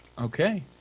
Okay